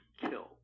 kill